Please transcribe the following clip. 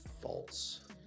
false